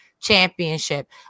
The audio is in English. championship